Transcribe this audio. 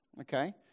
Okay